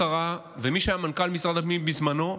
מי שהיה מנכ"ל משרד הפנים בזמנו,